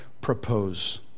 propose